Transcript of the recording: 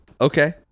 Okay